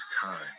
time